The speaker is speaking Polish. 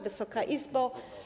Wysoka Izbo!